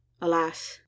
Alas